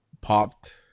popped